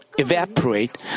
Evaporate